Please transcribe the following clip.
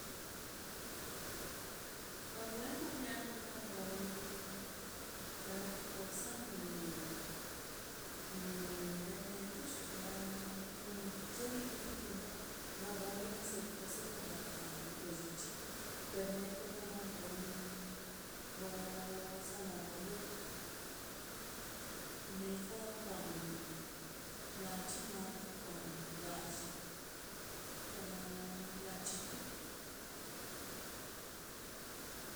Par wendruo wiano naꞌ gonn ka kosanuu nun beneꞌ textkraa no llebid de tienda naꞌ gonr rzend kon zen rraka richi per neto kanaꞌ gon ros sanahoria nekaraꞌ kwan lachimaꞌ kak kwan ga lli karaꞌ la chichu.